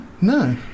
No